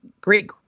great